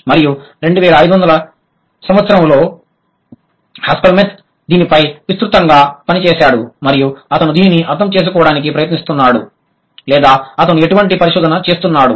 మరియు 2005లో హస్పెల్మత్ దీనిపై విస్తృతంగా పనిచేశాడు మరియు అతను దీనిని అర్థం చేసుకోవడానికి ప్రయత్నిస్తున్నాడు లేదా అతను ఎటువంటి పరిశోధన చేస్తున్నాడు